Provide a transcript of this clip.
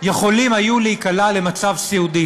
יכולים היו להיקלע למצב סיעודי.